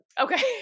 okay